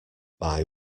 bye